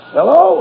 Hello